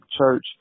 church